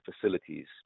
facilities